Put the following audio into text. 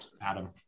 Adam